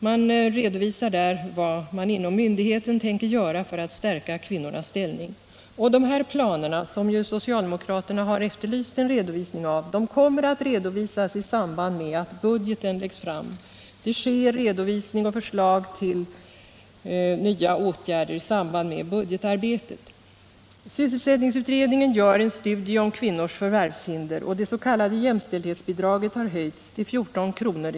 Man får redovisa vad man inom myndigheten tänker göra för att stärka kvinnornas ställning. Dessa planer, som socialdemokraterna efterlyst, kommer att redovisas i samband med att budgeten läggs fram. Sysselsättningsutredningen gör en studie om kvinnors förvärvshinder, och det s.k. jämställdhetsbidraget har höjts till 14 kr.